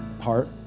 heart